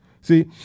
See